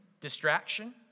distraction